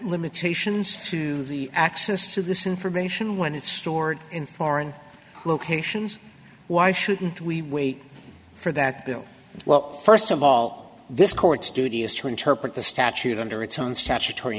limitations to the access to this information when it's stored in foreign locations why shouldn't we wait for that bill well first of all this court studious to interpret the statute under its own statutory